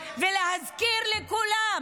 ולהזכיר לכולם